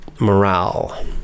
morale